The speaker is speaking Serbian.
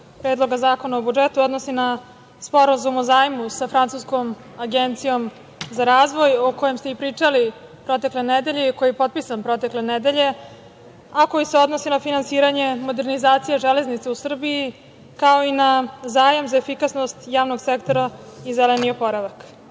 Predloga zakona o budžetu odnosi na Sporazum o zajmu sa Francuskom agencijom za razvoj, o kojoj ste pričali protekle nedelje i koji je potpisan protekle nedelje, a koji se odnosi na finansiranje modernizacije železnice u Srbiji, kao i na zajam za efikasnost javnog sektora i zeleni oporavak. Kako